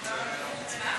אינו נוכח.